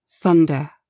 Thunder